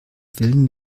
willen